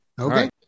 Okay